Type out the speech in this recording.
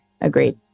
agreed